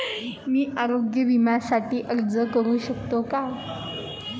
मी आरोग्य विम्यासाठी अर्ज करू शकतो का?